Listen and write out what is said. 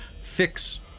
fix